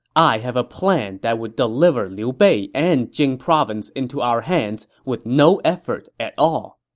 i have a plan that would deliver liu bei and jing province into our hands with no effort at all!